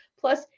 Plus